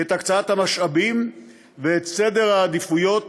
את הקצאת המשאבים ואת סדר העדיפויות